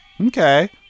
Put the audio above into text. Okay